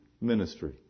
ministry